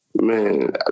man